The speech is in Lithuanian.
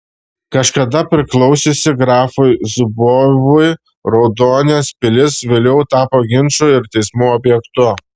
kažkada priklausiusi grafui zubovui raudonės pilis vėliau tapo ginčų ir teismų objektu